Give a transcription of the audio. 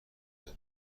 مردم